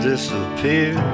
disappear